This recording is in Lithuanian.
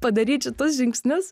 padaryt šitus žingsnius